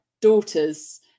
daughter's